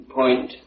point